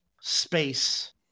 space